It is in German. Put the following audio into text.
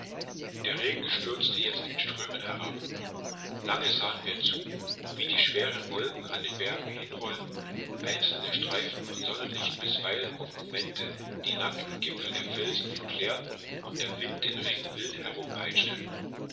der regen stürzte jetzt in strömen herab lange sahen wir zu wie die schweren wolken an den bergen hinrollten einzelne streifen von sonnenlicht bisweilen auf momente die nackten gipfel der felsen verklärten und der wind den regen wild